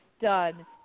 done